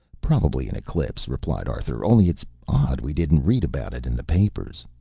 probably an eclipse, replied arthur. only it's odd we didn't read about it in the papers.